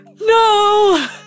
No